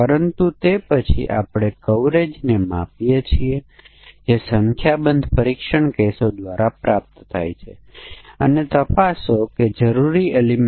પરંતુ પછી આપણે કહ્યું કે સમસ્યાનું વર્ણન કરવા આપેલ સમકક્ષ વર્ગોને ઓળખવા માટે થોડો અનુભવ અને સૂઝની જરૂર હોય છે